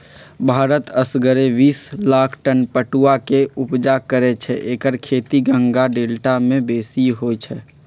भारत असगरे बिस लाख टन पटुआ के ऊपजा करै छै एकर खेती गंगा डेल्टा में बेशी होइ छइ